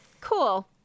Cool